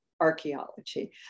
archaeology